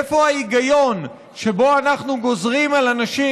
איפה ההיגיון שבו אנחנו גוזרים על אנשים